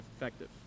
effective